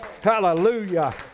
Hallelujah